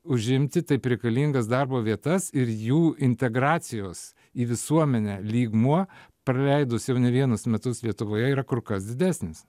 užimti taip reikalingas darbo vietas ir jų integracijos į visuomenę lygmuo praleidus jau ne vienus metus lietuvoje yra kur kas didesnis